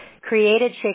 created